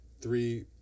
three